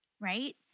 right